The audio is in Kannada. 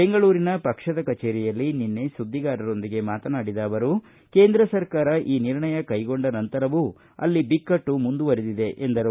ಬೆಂಗಳೂರಿನ ಪಕ್ಷದ ಕಚೇರಿಯಲ್ಲಿ ನಿನ್ನೆ ಸುದ್ದಿಗಾರರೊಂದಿಗೆ ಮಾತನಾಡಿದ ಅವರು ಕೇಂದ್ರ ಸರ್ಕಾರ ಈ ನಿರ್ಣಯ ಕೈಗೊಂಡ ನಂತರವೂ ಅಲ್ಲಿ ಬಿಕ್ಕಟ್ಟು ಮುಂದುವರಿದಿದೆ ಎಂದರು